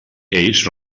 ells